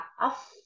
off